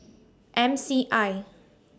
M C I